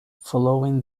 following